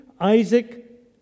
Isaac